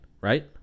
Right